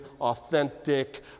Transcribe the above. authentic